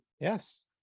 yes